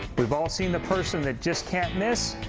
we've all seen the person that just can't miss.